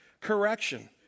correction